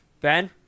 Ben